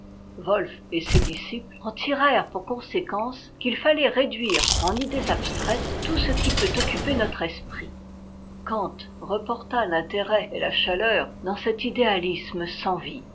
wotf et ses disciples en tirèrent pour conséquence qu'il fallait réduire en idées abstraites tout ce qui peut occuper notre esprit kant reporta l'intérêt et la chaleur dans cet idéalisme sans vie